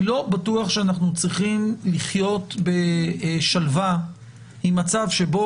אני לא בטוח שאנחנו צריכים לחיות בשלווה עם מצב שבו